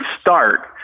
start